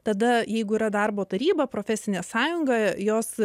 tada jeigu yra darbo taryba profesinė sąjunga jos